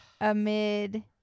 amid